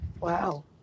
Wow